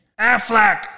Affleck